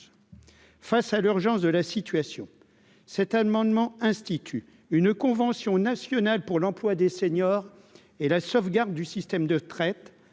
face à l'urgence de la situation, cet amendement institut une convention nationale pour l'emploi des seniors et la sauvegarde du système de traites,